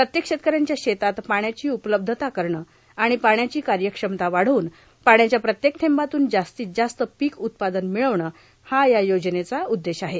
प्रत्येक शेतकऱ्यांच्या शेतात पाण्याची उपलब्धता करणं आणि पाण्याची कार्यक्षमता वाढवून पाण्याच्या प्रत्येक थेंबातून जास्तीत जास्त पिक उत्पादन मिळवणं हा या योजनेचा उद्देश आहे